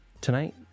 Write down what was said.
Tonight